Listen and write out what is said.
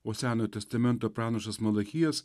o senojo testamento pranašas malachijas